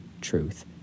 truth